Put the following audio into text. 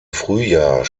frühjahr